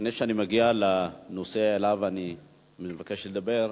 לפני שאני מגיע לנושא שעליו אני מבקש לדבר,